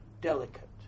delicate